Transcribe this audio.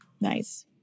Nice